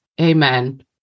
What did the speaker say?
Amen